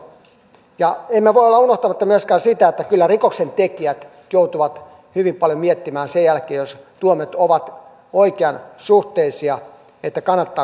emme voi olla unohtamatta myöskään sitä että kyllä rikoksentekijät joutuvat hyvin paljon miettimään sen jälkeen jos tuomiot ovat oikeansuhteisia kannattaako siihen rikokseen ryhtyä